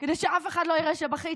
כדי שאף אחד לא יראה שבכיתי,